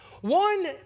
One